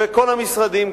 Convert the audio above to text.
כל המשרדים,